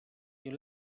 you